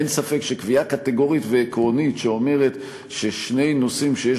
אין ספק שקביעה קטגורית ועקרונית שאומרת ששני נושאים שיש